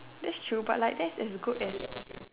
that's true but like that's as good as